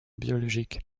biologique